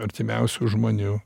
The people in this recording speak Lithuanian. artimiausių žmonių